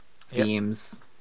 themes